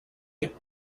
you